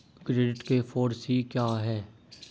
Credit के four C क्या हैं?